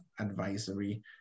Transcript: Advisory